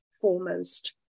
foremost